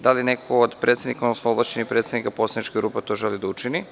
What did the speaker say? Da li neko od predsednika, odnosno ovlašćenih predstavnika poslaničkih grupa to želi da učini?